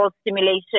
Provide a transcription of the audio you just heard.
stimulation